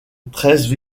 treize